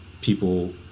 people